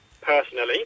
personally